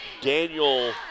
Daniel